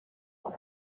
and